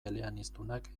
eleaniztunak